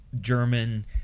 German